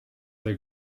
they